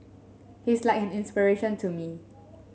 he's like an inspiration to me